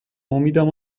امیدم